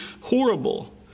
horrible